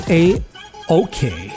a-okay